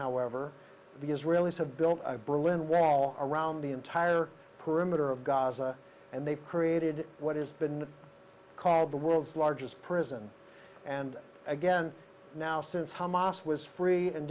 however the israelis have built berlin wall around the entire perimeter of gaza and they've created what is been called the world's largest prison and again now since hamas was free and